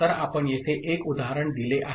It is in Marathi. तर आपण येथे एक उदाहरण दिले आहे